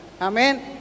Amen